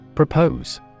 Propose